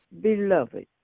beloved